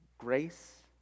Grace